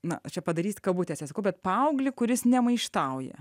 na čia padarysit kabutėse sakau bet paauglį kuris nemaištauja